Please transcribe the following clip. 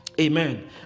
amen